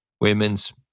women's